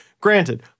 Granted